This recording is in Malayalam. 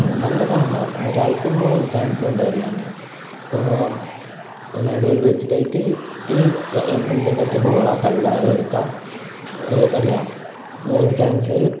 നല്ല പാണ്ടാ ഒരാൾക്ക് മൂന്ന് ചാൻസ് ഉണ്ട് എറിയാൻ അപ്പോൾ നടുവിൽ വെച്ചിട്ടായിട്ട് ഈ കലമന്തുണ്ടാക്കിയ ബോളാണ് കല്ലായത് എടുക്കുക എറിയുക മൂന്നു ചാൻസ്